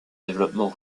développement